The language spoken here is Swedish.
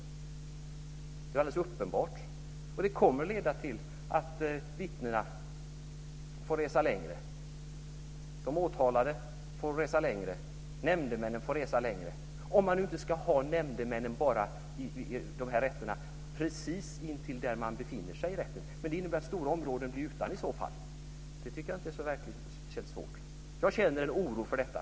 Det kommer att leda till att vittnena får resa längre, de åtalade får resa längre, nämndemännen får resa längre om man nu inte ska ha nämndemännen från precis intill där man befinner sig. Det innebär att stora områden blir utan i så fall. Det tycker jag inte är svårt att förstå. Jag känner oro för detta.